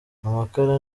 amakara